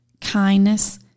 kindness